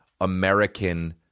American